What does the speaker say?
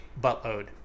buttload